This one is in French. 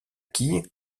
quille